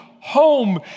Home